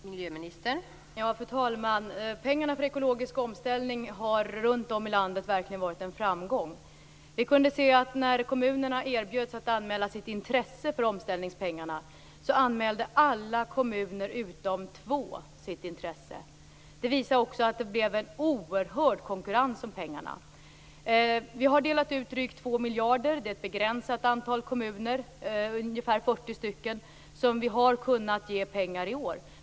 Fru talman! Pengarna för ekologisk omställning har verkligen varit en framgång runt om i landet. När kommunerna erbjöds att anmäla sitt intresse för omställningspengarna, gjorde alla kommuner utom två det. Det blev därför en oerhörd konkurrens om pengarna. Vi har delat ut drygt 2 miljarder. Det är ett begränsat antal kommuner, ungefär 40, som vi har kunnat ge pengar i år.